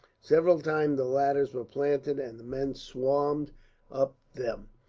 several times the ladders were planted and the men swarmed up them,